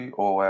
ou